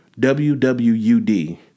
WWUD